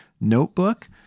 notebook